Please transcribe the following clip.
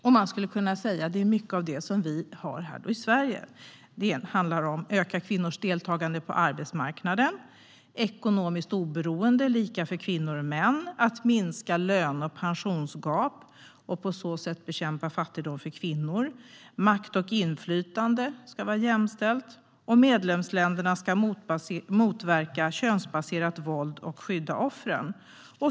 Det handlar om mycket av det som vi har här i Sverige: att öka kvinnors deltagande på arbetsmarknaden, att göra ekonomiskt oberoende lika för kvinnor och män, att minska löne och pensionsgap och på så sätt bekämpa fattigdom bland kvinnor, att göra makt och inflytande jämställt samt att motverka könsbaserat våld och skydda offren.